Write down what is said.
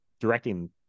directing